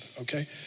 Okay